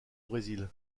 brésil